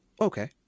Okay